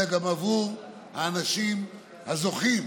אלא גם עבור האנשים הזוכים,